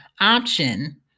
option